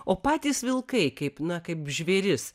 o patys vilkai kaip na kaip žvėris